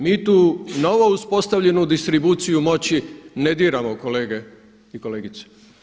Mi tu novo uspostavljenu distribuciju moći ne diramo kolege i kolegice.